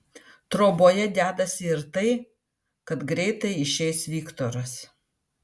troboje dedasi ir tai kad greitai išeis viktoras